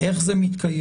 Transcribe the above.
איך זה מתקיים.